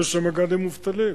היו שם מג"דים מובטלים.